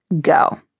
Go